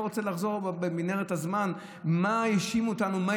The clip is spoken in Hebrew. אני לא רוצה לחזור במנהרת הזמן למה שהאשימו אותנו בו,